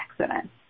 accident